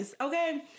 Okay